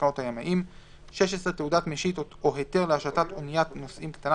תקנות הימאים); (16)תעודת משיט או היתר להשטת אניית נוסעים קטנה,